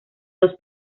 dos